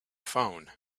phone